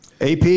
AP